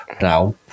now